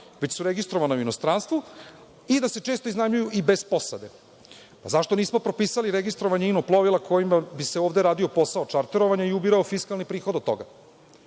već su registrovana u inostranstvu, i da se često iznajmljuju i bez posade. Pa zašto nismo propisali registrovanje ino plovila kojima bi se ovde radio posao čarterovanja i ubirao fiskalni prihod od toga?U